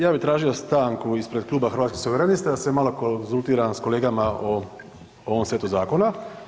tražio stanku ispred Kluba Hrvatskih suverenista da se malo konzultiram s kolegama o ovom setu zakona.